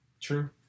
True